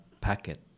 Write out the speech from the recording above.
packet